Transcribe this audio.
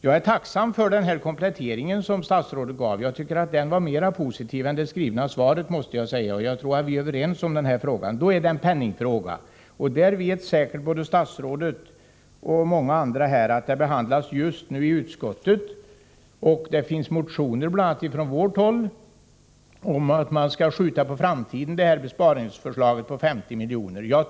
Jag är tacksam för den här kompletteringen som statsrådet gjort. Jag tycker att den var mer positiv än det skrivna svaret, och jag tror att vi är överens. Det innebär att detta är en penningfråga. Både statsrådet och många andra vet säkert att denna fråga just nu behandlas i utskottet. Det har också väckts motioner, bl.a. från vårt håll, om att man skall skjuta besparingsförslaget på 50 miljoner på framtiden.